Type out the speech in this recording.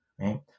right